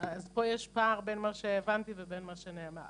אז פה יש פער בין מה שהבנתי לבין מה שנאמר.